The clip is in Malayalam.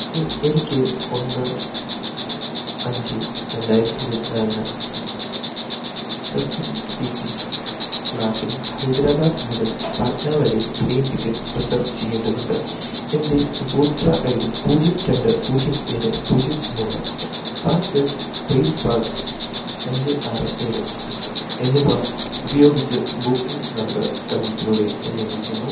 എനിക്ക് ഒന്ന് അഞ്ച് രണ്ടായിരത്തി ഇരുപത്തി നാലിന് സെക്കൻഡ് സീറ്റിംഗ് ക്ലാസ്സിൽ ഹൈദരാബാദ് മുതൽ പാട്ന വരെ ട്രെയിൻ ടിക്കറ്റ് റിസർവ് ചെയ്യേണ്ടതുണ്ട് എൻ്റെ ഉപഭോക്തൃ ഐ ഡി പൂജ്യം രണ്ട് പൂജ്യം ഏഴ് പൂജ്യം മൂന്ന് പാസ്സ്വേഡ് റെയിൽ പാസ് അഞ്ച് ആറ് ഏഴ് എന്നിവ ഉപയോഗിച്ച് ബുക്കിംഗ് നടപടിക്രമത്തിലൂടെ എന്നെ നയിക്കാമോ